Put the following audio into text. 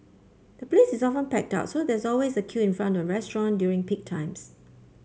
the place is often packed out so there's always a queue in front of restaurant during peak times